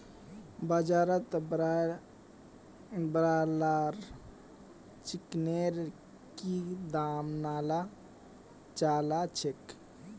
बाजारत ब्रायलर चिकनेर की दाम च ल छेक